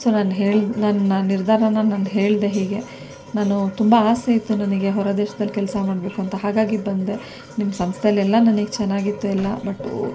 so ನಾನು ಹೇಳಿ ನನ್ನ ನಿರ್ಧಾರನ ನಾನು ಹೇಳಿದೆ ಹೀಗೆ ನಾನು ತುಂಬ ಆಸೆ ಇತ್ತು ನನಗೆ ಹೊರದೇಶ್ದಲ್ಲಿ ಕೆಲಸ ಮಾಡಬೇಕು ಅಂತ ಹಾಗಾಗಿ ಬಂದೆ ನಿಮ್ಮ ಸಂಸ್ಥೆಯಲ್ಲಿ ಎಲ್ಲ ನನಗೆ ಚೆನ್ನಾಗಿತ್ತು ಎಲ್ಲ ಬಟ್